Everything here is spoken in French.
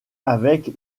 avec